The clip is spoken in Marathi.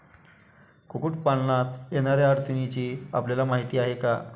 कुक्कुटपालनात येणाऱ्या अडचणींची आपल्याला माहिती आहे का?